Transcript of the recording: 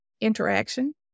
interaction